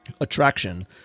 attraction